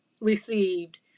received